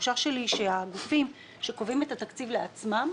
שהתחושה שלי היא שהגופים שקובעים את התקציב לעצמם,